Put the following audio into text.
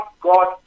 God